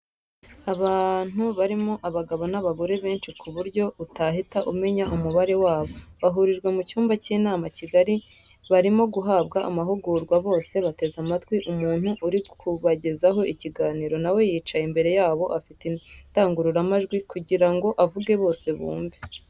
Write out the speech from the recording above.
Abantu barimo abagabo n'abagore benshi ku buryo utahita umenya umubare wabo, bahurijwe mu cyumba cy'inama kigari barimo guhabwa amahugurwa, bose bateze amatwi umuntu uri kubagezaho ikiganiro nawe yicaye imbere yabo afite indangururamajwi kugirango avuge bose bumve.